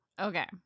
Okay